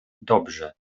dobrze